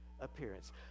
appearance